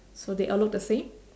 so they all look the same